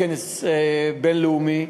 כנס בין-לאומי,